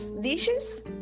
dishes